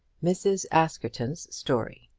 mrs. askerton's story.